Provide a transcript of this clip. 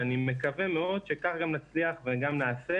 ואני מקווה מאוד שכך גם נצליח וגם נעשה